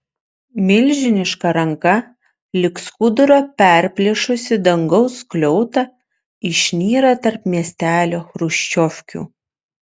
milžiniška ranka lyg skudurą perplėšusi dangaus skliautą išnyra tarp miestelio chruščiovkių